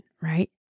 right